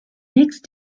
next